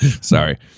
Sorry